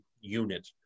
unit